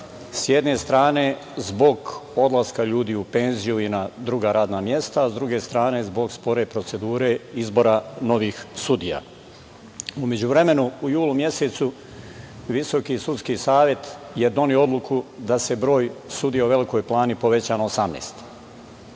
S jedne strane, zbog odlaska ljudi u penziju i na druga radna mesta. S druge strane, zbog spore procedure izbora novih sudija.U međuvremenu, u julu mesecu Visoki sudski savet je doneo odluku da se broj sudija u Velikoj Plani poveća na 18.